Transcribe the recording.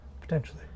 Potentially